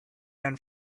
than